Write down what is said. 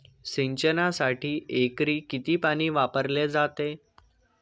सिंचनासाठी एकरी किती पाणी वापरले जाते?